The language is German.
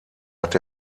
hat